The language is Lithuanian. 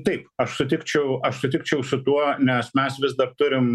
taip aš sutikčiau aš sutikčiau su tuo nes mes vis dar turim